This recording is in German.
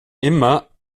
immer